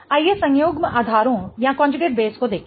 आइए संयुग्म आधारों को देखें